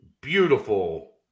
beautiful